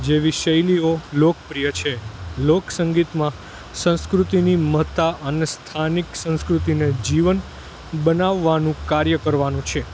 જેવી શૈલીઓ લોકપ્રિય છે લોક સંગીતમાં સંસ્કૃતિની મહત્તા અને સ્થાનિક સંસ્કૃતિને જીવંત બનાવવાનું કાર્ય કરવાનું છે